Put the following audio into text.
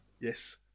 Yes